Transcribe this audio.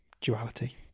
duality